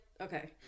okay